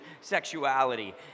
sexuality